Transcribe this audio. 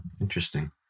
Interesting